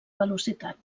velocitat